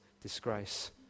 disgrace